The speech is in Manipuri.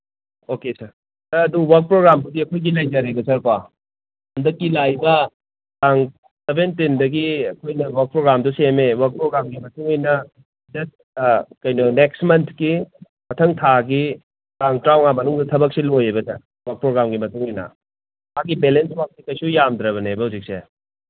ꯑꯣꯀꯦ ꯁꯥꯔ ꯁꯥꯔ ꯑꯗꯨ ꯋꯥꯔꯛ ꯄ꯭ꯔꯣꯒ꯭ꯔꯥꯝꯕꯨꯗꯤ ꯑꯩꯈꯣꯏꯒꯤ ꯂꯩꯖꯔꯦꯕ ꯁꯥꯔꯀꯣ ꯍꯟꯗꯛꯀꯤ ꯂꯥꯛꯏꯕ ꯇꯥꯡ ꯁꯚꯦꯟꯇꯤꯟꯗꯒꯤ ꯑꯩꯈꯣꯏꯅ ꯋꯥꯔꯛ ꯄ꯭ꯔꯣꯒ꯭ꯔꯥꯝꯗꯨ ꯁꯦꯝꯃꯦ ꯋꯥꯔꯛ ꯄ꯭ꯔꯣꯒ꯭ꯔꯥꯝꯒꯤ ꯃꯇꯨꯡꯏꯟꯅ ꯀꯩꯅꯣ ꯅꯦꯛꯁ ꯃꯟꯀꯤ ꯃꯊꯪ ꯊꯥꯒꯤ ꯇꯥꯡ ꯇꯔꯥꯃꯉꯥ ꯃꯅꯨꯡꯗ ꯊꯕꯛꯁꯦ ꯂꯣꯏꯌꯦꯕ ꯁꯥꯔ ꯋꯥꯔꯛ ꯄ꯭ꯔꯣꯒ꯭ꯔꯥꯝꯒꯤ ꯃꯇꯨꯡꯏꯟꯅ ꯃꯥꯒꯤ ꯕꯦꯂꯦꯟꯁ ꯋꯥꯔꯛꯁꯤ ꯀꯩꯁꯨ ꯌꯥꯝꯗ꯭ꯔꯕꯅꯦꯕ ꯍꯧꯖꯤꯛꯁꯦ